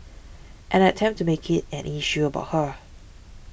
and attempt to make it an issue about her